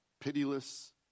pitiless